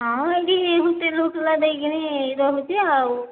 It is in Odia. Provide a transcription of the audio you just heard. ହଁ ଏଇଠି ହୁଟେଲ୍ ହୁଟଲା ଦେଇକିନି ରହୁଛି ଆଉ